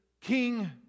King